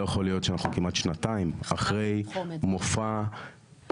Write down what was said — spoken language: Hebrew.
לא יכול להיות שאנחנו כמעט שנתיים אחרי מופע של